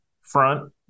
front